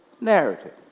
narrative